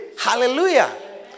Hallelujah